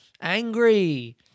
angry